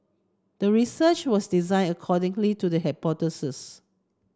the research was designed accordingly to the hypothesis